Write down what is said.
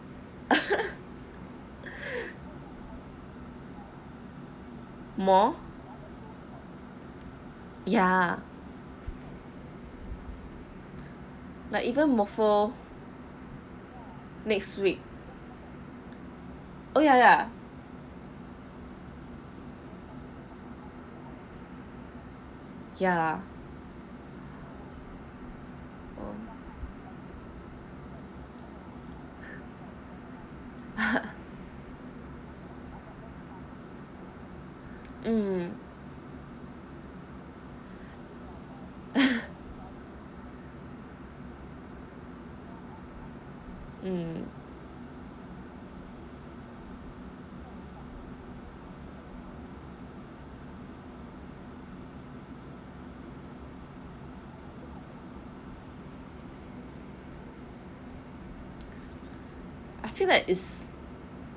more ya like even mofo next week ah ya ya ya mm mm I feel like it's